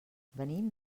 venim